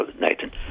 Nathan